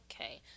Okay